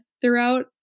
throughout